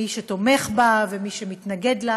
מי שתומך בה ומי שמתנגד לה.